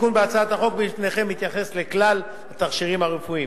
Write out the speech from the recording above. התיקון בהצעת החוק שבפניכם מתייחס לכלל התכשירים הרפואיים.